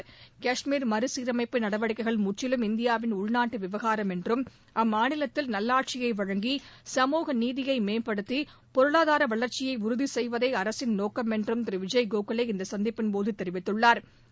செயலாளர் கஷ்மீர் மறுசீரமைப்பு நடவடிக்கைகள் முற்றிலும் இந்தியாவின் உள்நாட்டு விவகாரம் என்றும் அம்மாநிலத்தில் நல்லாட்சியை வழங்கி சமூக நீதியை மேம்படுத்தி பொருளாதார வளர்ச்சியை உறுதி செய்வதே அரசின் நோக்கம் என்றும் திரு விஜய் கோகலே இந்த சந்திப்பின்போது தெரிவித்துள்ளா்